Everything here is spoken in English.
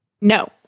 No